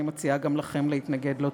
אני מציעה גם לכם להתנגד לו.